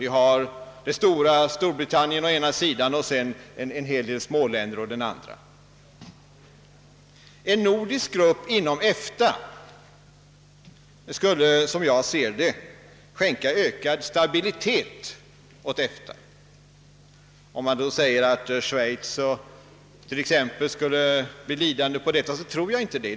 Vi har det stora Storbritannien å ena sidan och en hel del småländer å den andra. En nordisk grupp inom EFTA skulle, som jag ser det, skänka ökad stabilitet åt denna organisation. Om man hävdar att t.ex. Schweiz skulle bli lidande på detta, tror jag inte det.